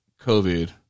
COVID